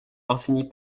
orsini